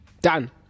Done